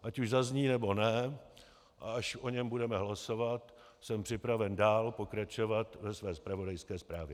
Ať už zazní, nebo ne, a až o něm budeme hlasovat, jsem připraven dál pokračovat ve své zpravodajské zprávě.